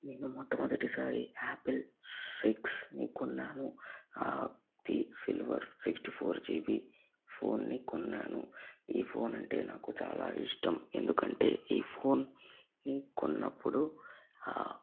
నేను మొట్టమొదటిసారి యాపిల్ సిక్స్ను కొన్నాను అది సిల్వర్ సిక్స్టీ ఫోర్ జీబీ ఫోన్ని కొన్నాను ఈ ఫోన్ అంటే నాకు చాలా ఇష్టం ఎందుకంటే ఈ ఫోన్ కొన్నప్పుడు